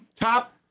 Top